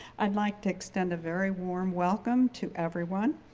i'd like to extend a very warm welcome to everyone.